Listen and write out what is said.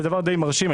זה דבר די מרשים.